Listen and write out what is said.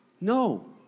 No